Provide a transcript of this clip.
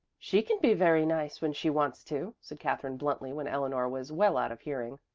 she can be very nice when she wants to, said katherine bluntly when eleanor was well out of hearing.